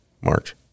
March